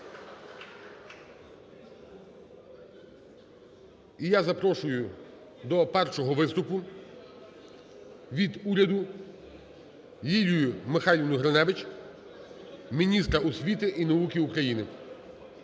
я запрошую до першого виступу від уряду Лілію Михайлівну Гриневич, міністра освіти і науки України.